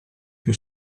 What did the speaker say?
più